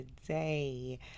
today